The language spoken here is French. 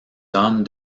hommes